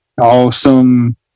Awesome